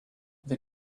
they